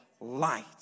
light